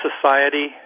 society